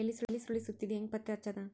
ಎಲಿ ಸುರಳಿ ಸುತ್ತಿದ್ ಹೆಂಗ್ ಪತ್ತೆ ಹಚ್ಚದ?